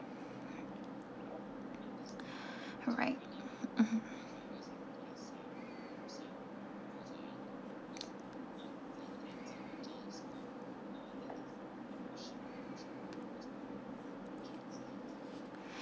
alright mmhmm